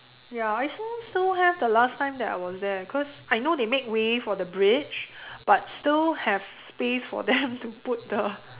ya I saw still have the last time that I was there cause I know they made way for the bridge but still have space for them to put the